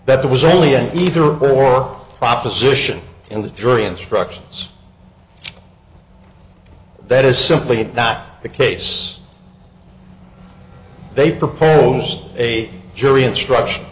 that that was really an either or proposition in the jury instructions that is simply not the case they proposed a jury instruction